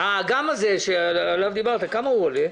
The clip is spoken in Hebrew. ה"גם" הזה שעליו דיברת, כמה הוא עולה?